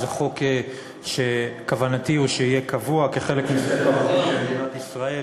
זה חוק שכוונתי היא שיהיה קבוע כחלק מספר החוקים של מדינת ישראל